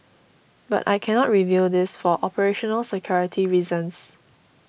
but I cannot reveal this for operational security reasons